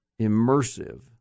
immersive